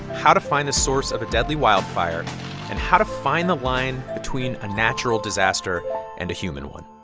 how to find the source of a deadly wildfire and how to find the line between a natural disaster and a human one.